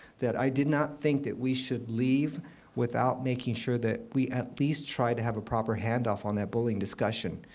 that i did not think that we should leave without making sure that we at least try to have a proper hand-off on that bullying discussion.